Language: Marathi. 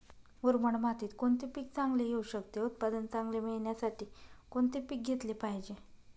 मुरमाड मातीत कोणते पीक चांगले येऊ शकते? उत्पादन चांगले मिळण्यासाठी कोणते पीक घेतले पाहिजे?